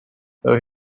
though